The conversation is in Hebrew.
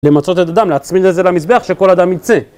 למצות את אדם, להצמיד את זה למזבח, שכל אדם יצא.